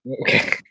Okay